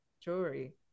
jewelry